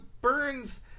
burns